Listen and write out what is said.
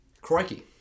crikey